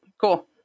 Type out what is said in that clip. Cool